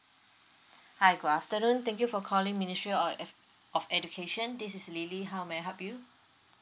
hi good afternoon thank you for calling ministry of ed~ of education this is lily how may I help you